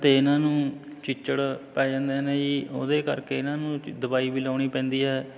ਅਤੇ ਇਹਨਾਂ ਨੂੰ ਚਿੱਚੜ ਪੈ ਜਾਂਦੇ ਨੇ ਜੀ ਉਹਦੇ ਕਰਕੇ ਇਹਨਾਂ ਨੂੰ ਦਵਾਈ ਵੀ ਲਾਉਣੀ ਪੈਂਦੀ ਹੈ